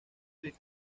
trek